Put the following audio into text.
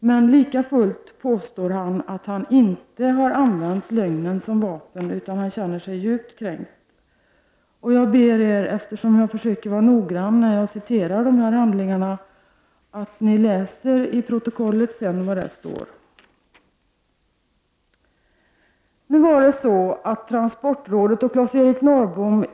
Men lika fullt påstår han att han inte har använt lögnen som vapen utan känner sig djupt kränkt. Jag försöker vara noggrann när jag citerar ur de olika handlingarna och ber er läsa i diskussionsprotokollet vad jag har sagt.